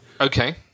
Okay